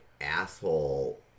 asshole